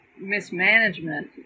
mismanagement